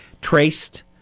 traced